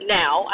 now